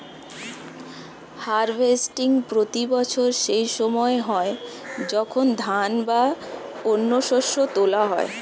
harvesting প্রতি বছর সেই সময় হয় যখন ধান বা অন্য শস্য তোলা হয়